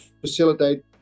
facilitate